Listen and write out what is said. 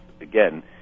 again